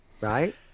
right